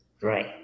right